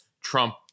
Trump